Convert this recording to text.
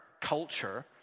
culture